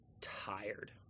tired